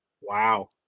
Wow